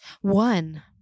One